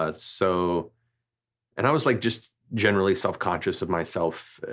ah so and i was like just generally self-conscious of myself,